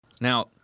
Now